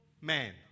man